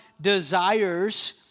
desires